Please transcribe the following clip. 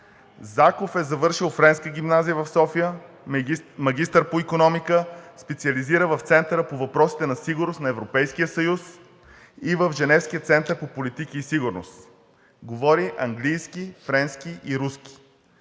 Заков е завършил Френската гимназия в София, магистър по икономика, специализира в Центъра по въпросите на сигурност на Европейския съюз и в Женевския център по политики и сигурност. Говори английски, френски и руски